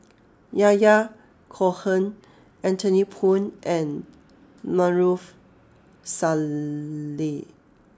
Yahya Cohen Anthony Poon and Maarof Salleh